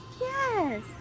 Yes